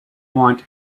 want